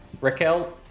Raquel